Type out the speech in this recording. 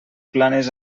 planes